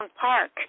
Park